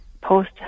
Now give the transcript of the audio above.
post